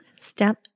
step